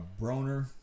Broner